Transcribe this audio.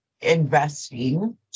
investing